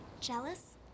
jealous